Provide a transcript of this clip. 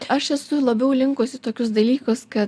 aš esu labiau linkus į tokius dalykus kad